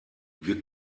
wir